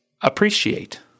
Appreciate